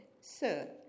Sir